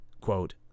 quote